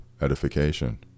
edification